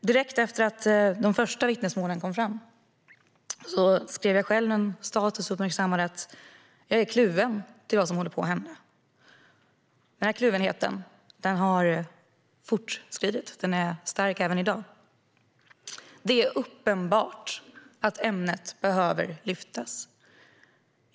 Direkt efter att de första vittnesmålen kom fram skrev jag själv en status och uppmärksammade att jag är kluven till vad som håller på att hända. Den här kluvenheten har fortsatt och är stark även i dag. Det är uppenbart att ämnet behöver lyftas.